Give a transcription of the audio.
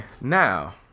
Now